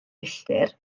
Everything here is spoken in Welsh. milltir